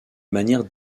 manière